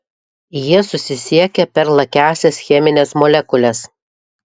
jie susisiekia per lakiąsias chemines molekules